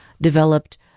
developed